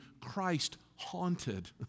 Christ-haunted